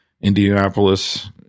Indianapolis